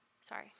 Sorry